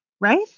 right